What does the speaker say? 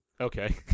okay